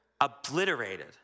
obliterated